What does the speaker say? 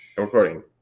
recording